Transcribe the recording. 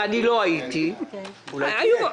ואני לא הייתי -- אולי תהיה.